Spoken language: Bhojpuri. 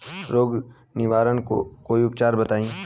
रोग निवारन कोई उपचार बताई?